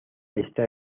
está